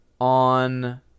on